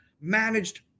managed